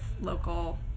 local